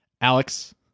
Alex